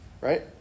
right